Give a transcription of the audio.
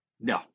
No